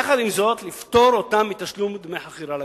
יחד עם זאת, לפטור אותם מתשלום דמי חכירה למינהל.